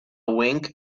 wink